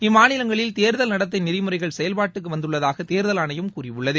இம்மாநிலங்களில் தேர்தல் நடத்தைநெறிமுறைகள் செயல்பாட்டுக்குவந்துள்ளதாகதோ்தல் ஆணையம் கூறியுள்ளது